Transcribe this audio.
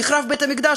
נחרב בית-המקדש,